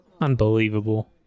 Unbelievable